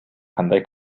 кандай